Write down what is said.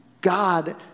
God